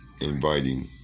inviting